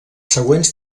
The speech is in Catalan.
següents